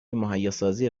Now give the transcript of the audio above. مهیاسازی